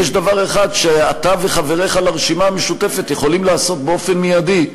יש דבר אחד שאתה וחבריך לרשימה המשותפת יכולים לעשות באופן מיידי: